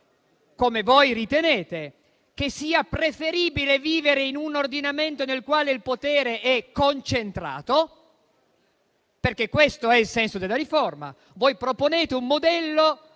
come voi ritenete, che sia preferibile vivere in un ordinamento nel quale il potere è concentrato: questo è il senso della riforma. Voi proponete un modello